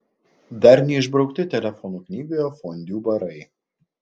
dar neišbraukti telefonų knygoje fondiu barai